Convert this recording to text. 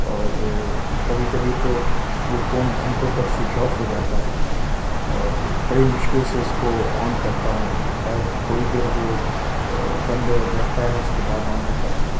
اور کبھی کبھی تو یہ فون گھنٹوں تک سوئچ آف ہو جاتا ہے اور بڑی مشکل سے اس کو آن کرتا ہوں چاہے تھوڑی دیر وہ بند رہتا ہے اس کے بعد آن ہوتا ہے